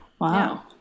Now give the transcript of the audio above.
Wow